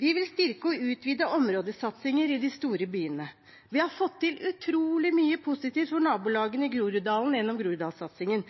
Vi vil styrke og utvide områdesatsinger i de store byene. Vi har fått til utrolig mye positivt for nabolagene i Groruddalen gjennom